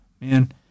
Man